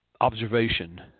observation